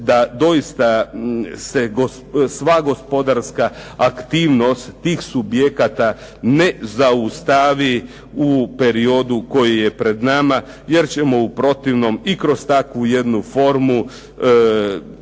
da doista se sva gospodarska aktivnost tih subjekata ne zaustavi u periodu koji je pred nama jer ćemo u protivnom i kroz takvu jednu formu